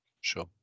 sure